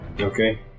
Okay